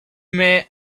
may